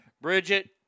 Bridget